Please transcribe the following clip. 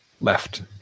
left